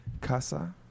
Casa